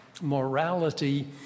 Morality